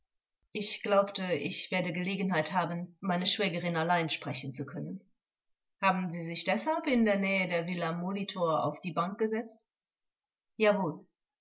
ich glaubte ich werde gelegenheit haben meine schwägerin allein sprechen zu können vors haben sie sich deshalb in der nähe der villa molitor auf die bank gesetzt angekl jawohl